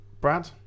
Brad